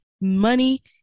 money